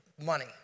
money